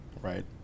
right